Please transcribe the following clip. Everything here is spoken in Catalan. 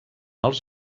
els